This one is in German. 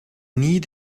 nie